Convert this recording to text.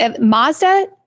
Mazda